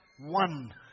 one